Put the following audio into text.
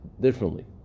differently